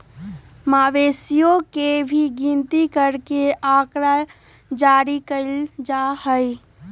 मवेशियन के भी गिनती करके आँकड़ा जारी कइल जा हई